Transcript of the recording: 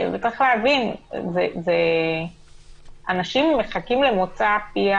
צריך להבין, אנשים מחכים למוצא פיה